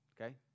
okay